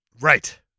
Right